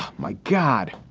my god.